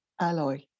alloy